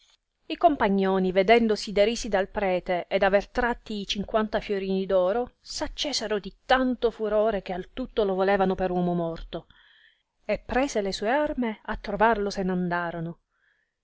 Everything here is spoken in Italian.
i compagnoni vedendosi derisi dal prete ed aver tratti i cinquanta fiorini d'oro s accesero di tanto furore che al tutto lo volevano per uomo morto e prese le sue arme a trovarlo se n'andorono